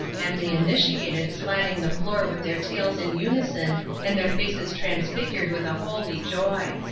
and the initiated slatting the floor with their tails in unison and their faces transfigured with a holy joy.